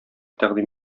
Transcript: тәкъдим